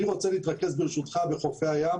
אני רוצה להתרכז, ברשותך, על חופי הים